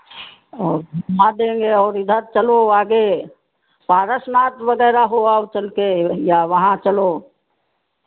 और घुमा देंगे और इधर चलो आगे पारसनाथ वगैरह हो आओ चलके भाई या वहाँ चलो